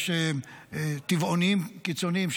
יש טבעונים קיצוניים,